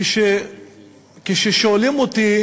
כששואלים אותי,